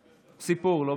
אה.